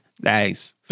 Nice